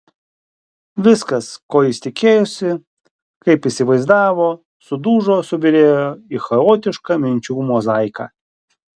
viskas ko jis tikėjosi kaip įsivaizdavo sudužo subyrėjo į chaotišką minčių mozaiką